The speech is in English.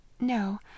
No